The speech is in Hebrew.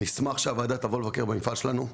אני אשמח שהוועדה תבוא לבקר במפעל שלנו,